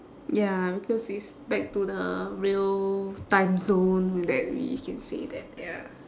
ya because it's back to the real time so that we can say that ya